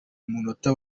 munota